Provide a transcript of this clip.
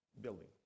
building